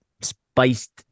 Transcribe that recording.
spiced